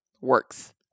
works